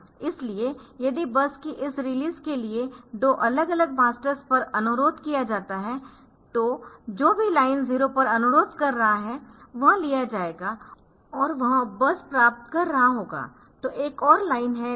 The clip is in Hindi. इसलिए यदि बस की इस रिलीज के लिए 2 अलग अलग मास्टर्स पर अनुरोध किया जाता है तो जो भी लाइन 0 पर अनुरोध कर रहा है वह लिया जाएगा और वह बस प्राप्त कर रहा होगा तो एक और लाइन है लॉक